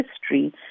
history